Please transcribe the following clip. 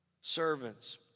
Servants